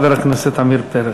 חבר הכנסת עמיר פרץ.